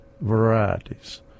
varieties